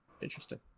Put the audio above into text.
interesting